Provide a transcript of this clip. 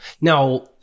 Now